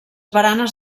baranes